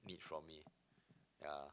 need from me yeah